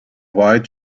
white